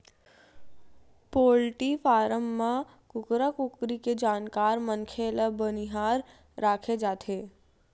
poultry farm म कुकरा कुकरी के जानकार मनखे ल बनिहार राखे जाथे